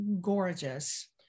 gorgeous